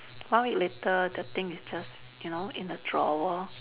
one week later the thing is just you know in the drawer